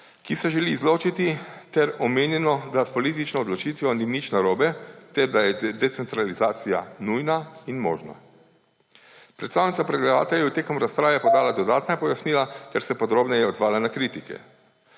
ki se želi izločiti, ter bilo je omenjeno, da s politično odločitvijo ni nič narobe ter da je decentralizacija nujna in možna. Predstavnica predlagateljev je med razpravo podala dodatna pojasnila ter se podrobneje odzvala na kritike.